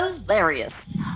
Hilarious